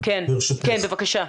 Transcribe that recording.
ברשותך.